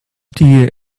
dear